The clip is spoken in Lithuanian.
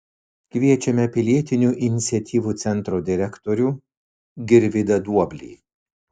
kviečiame pilietinių iniciatyvų centro direktorių girvydą duoblį